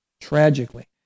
tragically